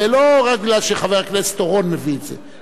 ולא רק מפני שחבר הכנסת אורון מביא את זה,